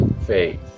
Faith